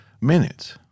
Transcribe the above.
minutes